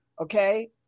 Okay